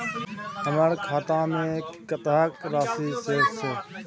हमर खाता में कतेक राशि शेस छै?